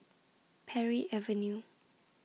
Parry Avenue